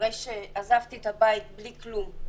אחרי שעזבתי את הבית בלי כלום,